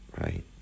right